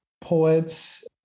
poets